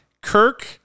Kirk